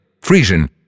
Frisian